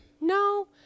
No